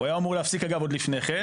הוא היה אמור להפסיק, אגב, עוד לפני כן.